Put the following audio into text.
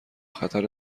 خطر